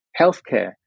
healthcare